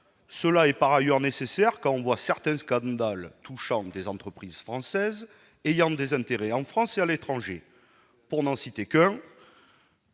Cela paraît nécessaire au regard de certains scandales touchant des entreprises françaises ayant des intérêts en France et à l'étranger. Pour n'en citer qu'un,